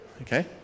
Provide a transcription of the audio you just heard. Okay